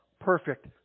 perfect